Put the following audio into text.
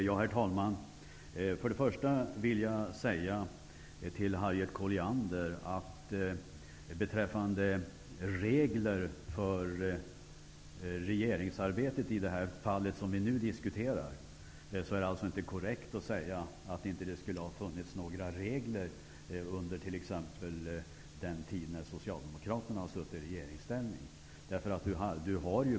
Herr talman! Till att börja med vill jag säga till Harriet Colliander att det inte är korrekt att det under den tid då Socialdemokraterna var i regeringsställning inte fanns några regler för regeringsarbetet när det gäller det fall som vi nu diskuterar.